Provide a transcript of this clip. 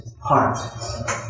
heart